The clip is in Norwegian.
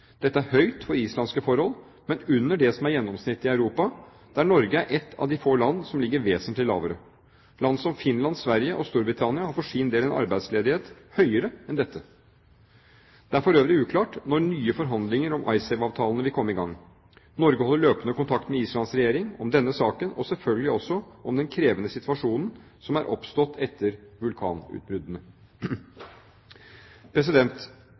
Dette er høyt for islandske forhold, men under det som er gjennomsnittet i Europa, der Norge er ett av få land som ligger vesentlig lavere. Land som Finland, Sverige og Storbritannia har for sin del en arbeidsledighet høyere enn dette. Det er for øvrig uklart når nye forhandlinger om Icesave-avtalen vil komme i gang. Norge holder løpende kontakt med Islands regjering om denne saken, og selvfølgelig også om den krevende situasjonen som er oppstått etter vulkanutbruddene.